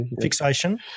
fixation